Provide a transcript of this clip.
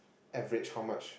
average how much